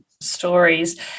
stories